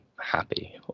happy